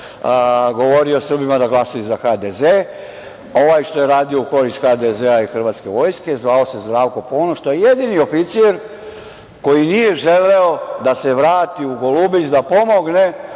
govorio Srbima da glasaju za HDZ. Ovaj što je radio u korist HDZ i hrvatske vojske zvao se Zdravko Ponoš. To je jedini oficir koji nije želeo da se vrati u Golubić da pomogne